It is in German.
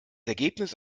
ergebnis